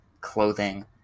clothing